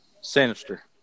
Sinister